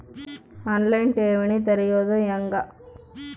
On line ಠೇವಣಿ ತೆರೆಯೋದು ಹೆಂಗ?